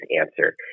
answer